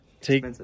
take